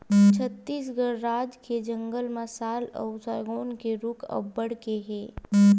छत्तीसगढ़ राज के जंगल म साल अउ सगौन के रूख अब्बड़ के हे